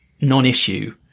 non-issue